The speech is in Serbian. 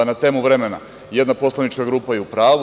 Na temu vremena, jedna poslanička grupa je u pravu.